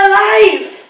life